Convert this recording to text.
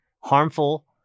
harmful